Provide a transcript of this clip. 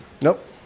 Nope